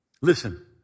Listen